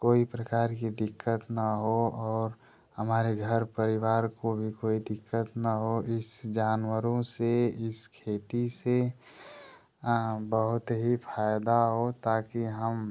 कोई प्रकार की दिक्कत ना हो और हमारे घर परिवार को भी कोई दिक्कत न हो इस जानवरों से इस खेती से बहुत ही फायदा हो ताकि हम